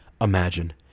imagine